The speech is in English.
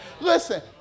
Listen